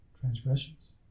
transgressions